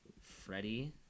Freddie